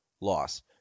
loss